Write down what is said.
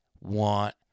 want